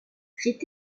fait